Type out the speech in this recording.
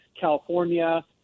california